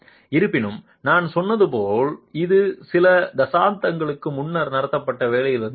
இருப்பினும் நான் சொன்னது போல் இது சில தசாப்தங்களுக்கு முன்னர் நடத்தப்பட்ட வேலையிலிருந்து வந்தது